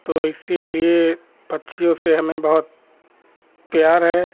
तो इसीलिए पक्षियों से हमें बहुत प्यार है